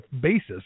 basis